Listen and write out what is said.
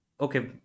okay